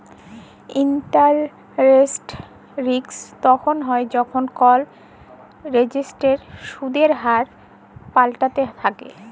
interest rate risk তখল হ্যয় যখল কল এসেটের সুদের হার পাল্টাইতে থ্যাকে